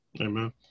Amen